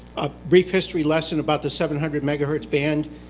a brief history lesson about the seven hundred megahertz band,